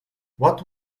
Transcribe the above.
what